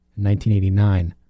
1989